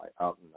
out